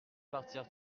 partir